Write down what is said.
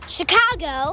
Chicago